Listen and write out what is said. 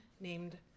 named